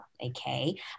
okay